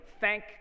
Thank